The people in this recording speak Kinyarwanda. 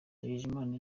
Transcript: ndagijimana